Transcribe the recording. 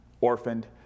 orphaned